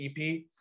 ep